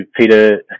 Peter